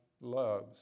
loves